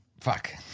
Fuck